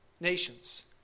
nations